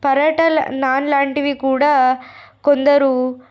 పర్యాటనల లాంటివి కూడా కొందరు